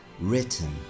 written